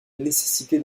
nécessité